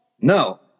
No